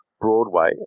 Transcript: Broadway